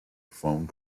phone